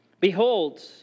Behold